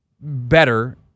Better